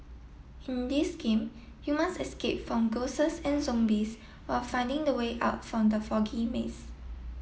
in this game you must escape from and zombies while finding the way out from the foggy maze